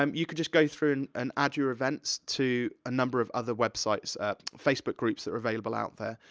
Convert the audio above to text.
um you can just go through and add your events to a number of other websites, facebook groups that are available out there.